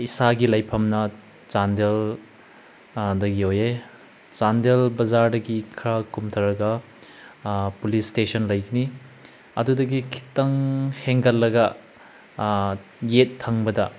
ꯏꯁꯥꯒꯤ ꯂꯩꯐꯝꯅ ꯆꯥꯟꯗꯦꯜ ꯑꯗꯒꯤ ꯑꯣꯏꯌꯦ ꯆꯥꯟꯗꯦꯜ ꯕꯖꯥꯔꯗꯒꯤ ꯈꯔ ꯀꯨꯝꯊꯔꯒ ꯄꯨꯂꯤꯁ ꯏꯁꯇꯦꯁꯟ ꯂꯩꯒꯅꯤ ꯑꯗꯨꯗꯒꯤ ꯈꯤꯇꯪ ꯍꯦꯟꯒꯠꯂꯒ ꯌꯦꯠ ꯊꯪꯕꯗ